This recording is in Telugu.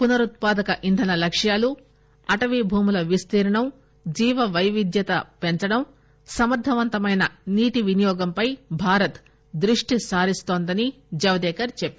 పునరుత్పాదక ఇంధన లక్ష్యాలు అటవీ భూముల విస్తీర్ణాన్ని జీవ వైవిద్యత పెంచడం సమర్దవంతమైన నీటి వినియోగంపై భారత్ దృష్టి సారిస్తోందని జవదేకర్ చెప్పారు